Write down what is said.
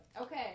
Okay